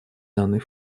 данный